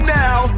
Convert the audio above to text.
now